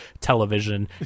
television